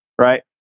right